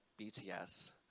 BTS